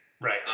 Right